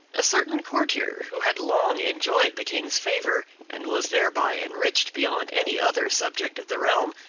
a certain courtier who had long enjoyed the king's favor and was thereby enriched beyond any other subject of the realm,